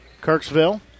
Kirksville